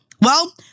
Well-